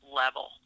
level